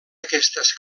aquestes